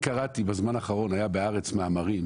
בזמן האחרון היו ב"הארץ" מאמרים